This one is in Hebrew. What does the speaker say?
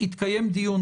יתקיים דיון,